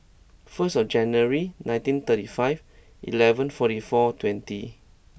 first January nineteen thirty five eleven forty four twenty